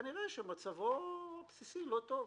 כנראה שמצבו הבסיסי לא טוב.